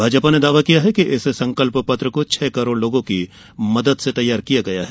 भाजपा ने दावा किया है कि इस संकल्प पत्र को छह करोड़ लोगों की मदद से तैयार किया गया है